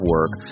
Work